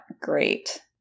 great